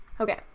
okay